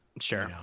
Sure